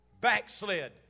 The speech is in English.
backslid